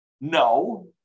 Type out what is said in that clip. No